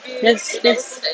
just just